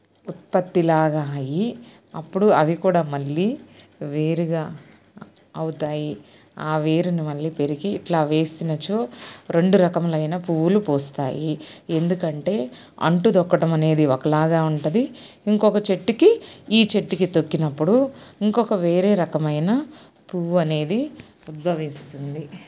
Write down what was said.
ఉత్పత్తిలాగా అయ్యి అప్పుడు అవి కూడా మళ్ళీ వేరుగా అవుతాయి ఆ వేరును మళ్ళీ పెరికి ఇట్లా వేసినచో రెండు రకములైన పువ్వులు పూస్తాయి ఎందుకంటే అంటు తొక్కడం అనేది ఒకలాగా ఉంటుంది ఇంకొక చెట్టుకి ఈ చెట్టుకి తొక్కినప్పుడు ఇంకొక వేరే రకమైన పువ్వు అనేది ఉద్భవిస్తుంది